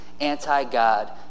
anti-God